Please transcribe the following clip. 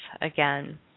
again